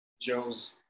Joe's